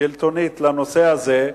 שלטונית לנושא הזה,